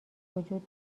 وجود